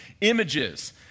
images